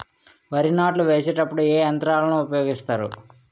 వరి నాట్లు వేసేటప్పుడు ఏ యంత్రాలను ఉపయోగిస్తారు?